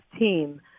team